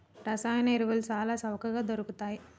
రసాయన ఎరువులు చాల చవకగ దొరుకుతయ్